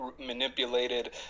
manipulated